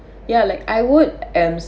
ya like I would am